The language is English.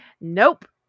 nope